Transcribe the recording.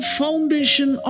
foundation